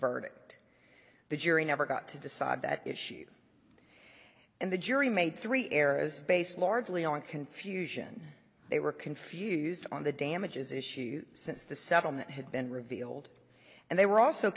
verdict the jury never got to decide that issue and the jury made three errors based largely on confusion they were confused on the damages issues since the settlement had been revealed and they were also